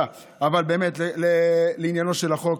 אבל באמת לעניינו של החוק,